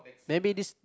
maybe this